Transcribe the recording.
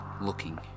looking